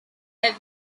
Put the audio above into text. have